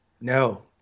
No